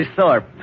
Thorpe